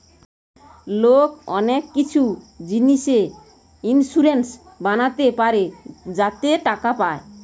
লোক অনেক কিছু জিনিসে ইন্সুরেন্স বানাতে পারে যাতে টাকা পায়